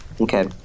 Okay